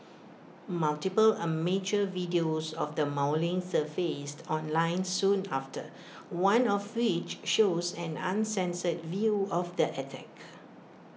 multiple amateur videos of the mauling surfaced online soon after one of which shows an uncensored view of the attack